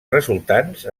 resultants